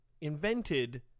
invented